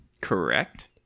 Correct